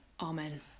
Amen